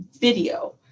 video